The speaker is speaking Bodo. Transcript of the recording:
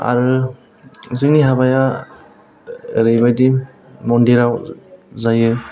आरो जोंनि हाबाया ओरैबादि मन्दिराव जायो